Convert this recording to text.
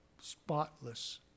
spotless